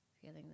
feeling